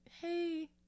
hey